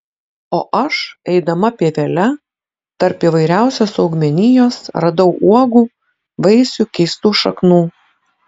o aš eidama pievele tarp įvairiausios augmenijos radau uogų vaisių keistų šaknų